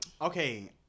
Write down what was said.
Okay